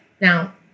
Now